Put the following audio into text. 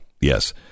Yes